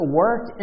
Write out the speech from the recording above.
work